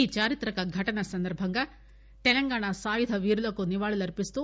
ఈ చారిత్రక ఘటన సందర్బంగా తెలంగాణ సాయుధ వీరులకు నివాళులర్పిస్తూ